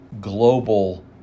global